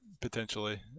potentially